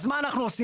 אז מה אנחנו עושים?